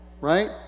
right